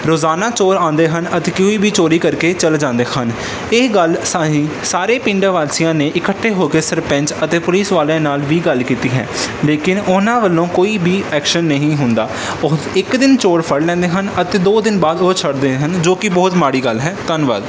ਰੋਜ਼ਾਨਾ ਚੋਰ ਆਉਂਦੇ ਹਨ ਅਤੇ ਕੋਈ ਵੀ ਚੋਰੀ ਕਰਕੇ ਚਲੇ ਜਾਂਦੇ ਹਨ ਇਹ ਗੱਲ ਅਸੀਂ ਸਾਰੇ ਪਿੰਡ ਵਾਸੀਆਂ ਨੇ ਇਕੱਠੇ ਹੋ ਕੇ ਸਰਪੰਚ ਅਤੇ ਪੁਲਿਸ ਵਾਲਿਆਂ ਨਾਲ ਵੀ ਗੱਲ ਕੀਤੀ ਹੈ ਲੇਕਿਨ ਉਹਨਾਂ ਵੱਲੋਂ ਕੋਈ ਵੀ ਐਕਸ਼ਨ ਨਹੀਂ ਹੁੰਦਾ ਉਹ ਇੱਕ ਦਿਨ ਚੋਰ ਫੜ ਲੈਂਦੇ ਹਨ ਅਤੇ ਦੋ ਦਿਨ ਬਾਅਦ ਉਹ ਛੱਡਦੇ ਹਨ ਜੋ ਕਿ ਬਹੁਤ ਮਾੜੀ ਗੱਲ ਹੈ ਧੰਨਵਾਦ